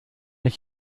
ich